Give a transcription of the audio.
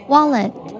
Wallet